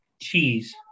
Cheese